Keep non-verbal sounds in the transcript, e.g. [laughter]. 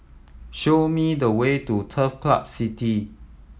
show me the way to Turf [unintelligible] City